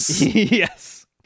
Yes